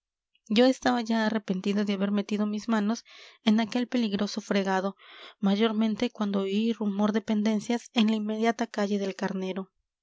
yo estaba ya arrepentido de haber metido mis manos en aquel peligroso fregado mayormente cuando oí rumor de pendencias en la inmediata calle del carnero